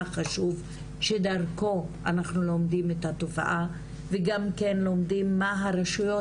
חשוב שדרכו אנחנו לומדים את התופעה וגם כן לומדים מה הרשויות